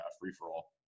free-for-all